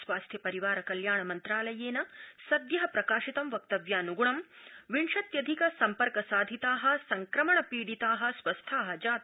स्वास्थ्य परिवार कल्याण मन्त्रालयेन सद्य प्रकाशितं वक्तव्यानग्णं विंशत्यधिक सम्पर्क साधिता संक्रमण पीडिता स्वस्था जाता